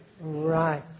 right